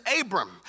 Abram